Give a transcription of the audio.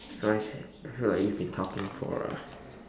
so like so like we've been talking for